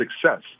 success